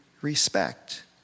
respect